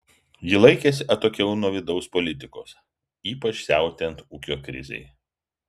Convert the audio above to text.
ji laikėsi atokiau nuo vidaus politikos ypač siautėjant ūkio krizei